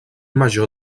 major